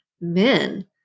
Men